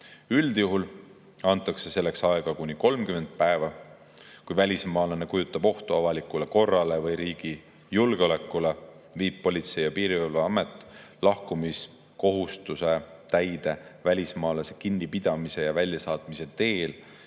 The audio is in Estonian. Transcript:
Üldjuhul antakse selleks aega kuni 30 päeva. Kui välismaalane kujutab ohtu avalikule korrale või riigi julgeolekule, viib Politsei- ja Piirivalveamet lahkumiskohustuse täide välismaalase kinnipidamise ja väljasaatmise teel